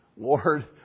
Lord